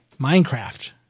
Minecraft